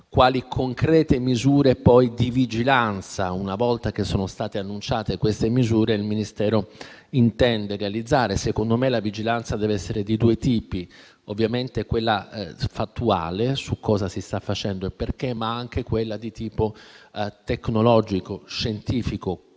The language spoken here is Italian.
quali concrete misure di vigilanza, una volta annunciate queste misure, il Ministero intende realizzare. Secondo me, la vigilanza deve essere di due tipi: ovviamente quella fattuale su cosa si sta facendo e perché, ma anche quella di tipo tecnologico e scientifico,